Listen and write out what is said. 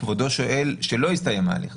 כבודו שואל כשעדיין לא הסתיים ההליך.